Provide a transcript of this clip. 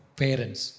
parents